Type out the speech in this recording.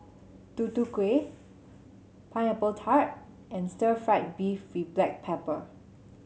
Tutu Kueh Pineapple Tart and Stir Fried Beef with Black Pepper